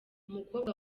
umukobwa